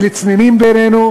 היא לצנינים בעינינו,